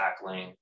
tackling